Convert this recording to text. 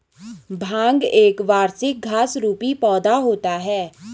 भांग एक वार्षिक घास रुपी पौधा होता है